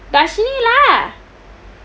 darshini lah